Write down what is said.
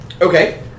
Okay